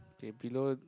K below